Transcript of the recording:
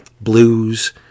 blues